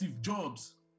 Jobs